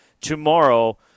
tomorrow